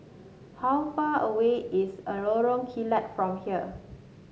how far away is a Lorong Kilat from here